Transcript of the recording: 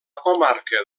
comarca